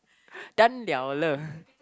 done liao le